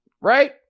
right